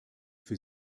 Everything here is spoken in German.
für